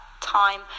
time